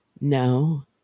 No